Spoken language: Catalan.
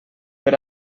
per